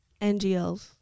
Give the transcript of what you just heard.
ngls